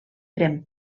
pren